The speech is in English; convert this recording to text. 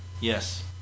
Yes